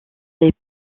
les